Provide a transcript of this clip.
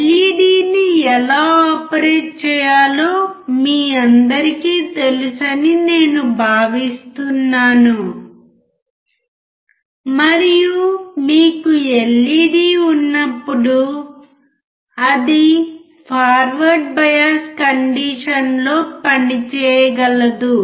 ఎల్ఈడీని ఎలా ఆపరేట్ చేయాలో మీ అందరికీ తెలుసని నేను భావిస్తున్నాను మరియు మీకు ఎల్ఈడీ ఉన్నప్పుడు అది ఫార్వర్డ్ బయాస్ కండిషన్లో పనిచేయగలదు